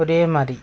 ஒரே மாதிரி